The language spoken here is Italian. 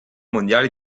mondiale